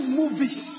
movies